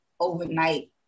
overnight